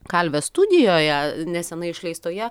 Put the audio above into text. kalvės studijoje nesenai išleistoje